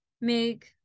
make